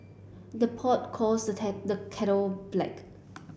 the pot calls the the kettle black